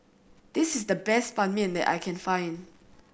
this is the best Ban Mian that I can find